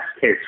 case